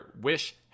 wish